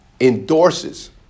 endorses